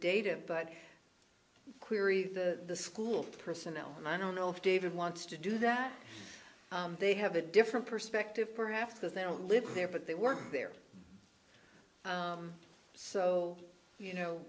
data but query the school personnel and i don't know if david wants to do that they have a different perspective perhaps that they don't live there but they weren't there so you know